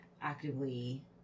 actively